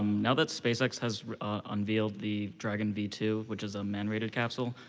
now that spacex has unveiled the dragon v two, which is a man-rated capsule,